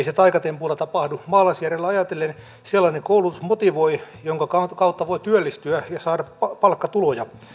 se taikatempuilla tapahdu maalaisjärjellä ajatellen sellainen koulutus motivoi jonka kautta kautta voi työllistyä ja saada palkkatuloja